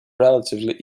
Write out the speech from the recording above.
relatively